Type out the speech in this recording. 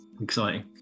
exciting